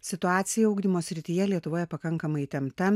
situacija ugdymo srityje lietuvoje pakankamai įtempta